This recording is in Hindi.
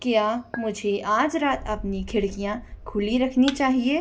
क्या मुझे आज रात अपनी खिड़कियाँ खुली रखनी चाहिए